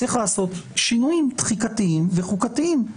צריך לעשות שינויים תחיקתיים וחוקתיים.